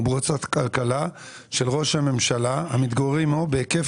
בהוצאות הכלכלה של ראש הממשלה והמתגוררים עמו בהיקף